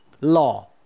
law